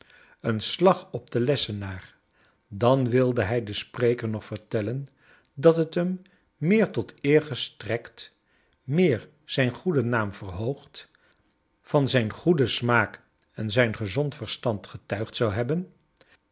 een slag op den lessenaar dan wilde hij den spreker nog vertellen dat t hem meer tot eer gestrekt meer zijn goeden naam verhoogd van zijn goeden smaak en zijn ge ond verstand getuigd zou hebben